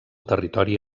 territori